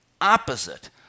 opposite